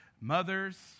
mothers